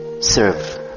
serve